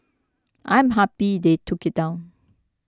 I am happy they took it down